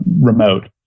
remote